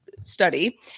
study